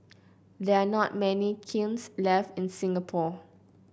there are not many kilns left in Singapore